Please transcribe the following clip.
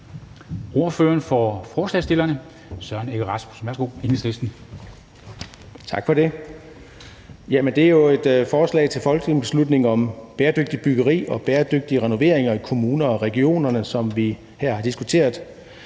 (Ordfører for forslagsstillerne) Søren Egge Rasmussen (EL): Tak for det. Det er jo et forslag til folketingsbeslutning om bæredygtigt byggeri og bæredygtige renoveringer i kommunerne og regionerne, som vi har diskuteret.